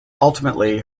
ultimately